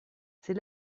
c’est